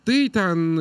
tai ten